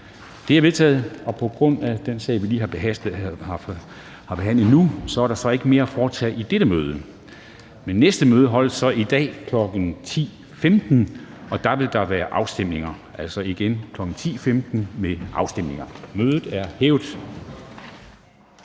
Dam Kristensen): På grund af den sag, vi lige har behandlet nu, er der ikke mere at foretage i dette møde. Næste møde afholdes i dag kl. 10.15, og der vil der være afstemninger. Mødet er hævet.